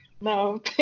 No